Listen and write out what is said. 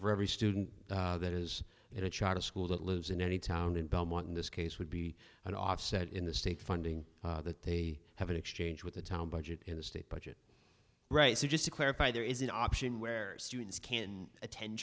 for every student that is it a charter school that lives in any town in belmont in this case would be an offset in the state funding that they have an exchange with the town budget in the state budget right so just to clarify there is an option where students can attend